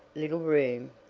little room,